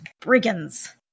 brigands